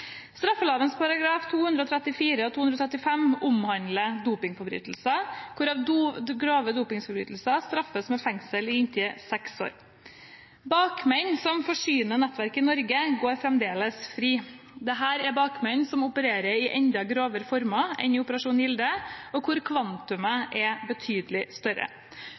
omhandler dopingforbrytelser, hvorav grove dopingforbrytelser straffes med fengsel i inntil seks år. Bakmenn som forsyner nettverk i Norge, går fremdeles fri. Dette er bakmenn som opererer i enda grovere former enn i Operasjon Gilde, og hvor kvantumet er betydelig større.